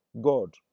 God